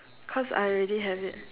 because I already have it